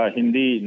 Hindi